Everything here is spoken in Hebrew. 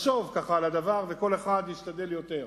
יחשוב על הדבר וכל אחד ישתדל יותר.